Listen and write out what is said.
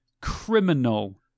criminal